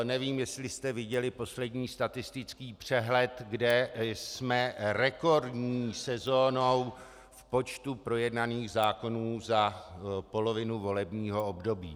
Nevím, jestli jste viděli poslední statistický přehled, kde jsme rekordní sezónou v počtu projednaných zákonů za polovinu volebního období.